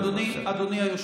אדוני היושב-ראש,